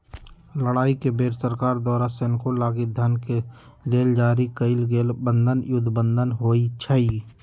लड़ाई के बेर सरकार द्वारा सेनाके लागी धन के लेल जारी कएल गेल बन्धन युद्ध बन्धन होइ छइ